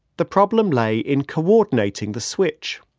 the problem lay in coordinating the switch.